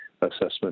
assessment